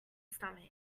stomach